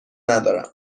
ندارم